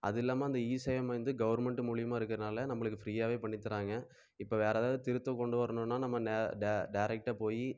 அது இல்லாமல் அந்த இசேவை மையம் வந்து கவர்மெண்ட்டு மூலியமாக இருக்கிறனால நம்மளுக்கு ஃப்ரீயாகவே பண்ணித் தராங்க இப்போ வேறு எதாவது திருந்தம் கொண்டு வரணுன்னா நம்ம நே டே டேரெக்ட்டாக போய்